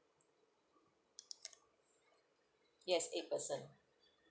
yes eight person